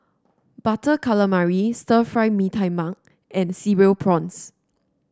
Butter Calamari Stir Fry Mee Tai Mak and Cereal Prawns